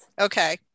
Okay